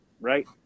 right